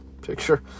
picture